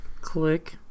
Click